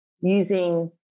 using